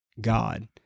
God